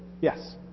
yes